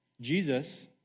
Jesus